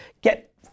Get